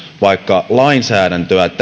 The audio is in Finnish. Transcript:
vaikka lainsäädäntöä